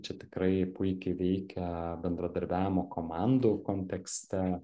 čia tikrai puikiai veikia bendradarbiavimo komandų kontekste